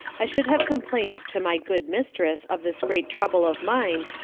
i should have complained to my good mistress of this great trouble of mind,